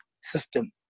system